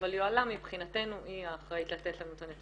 אבל יוהל"מ מבחינתנו היא האחראית לתת לנו את הנתונים.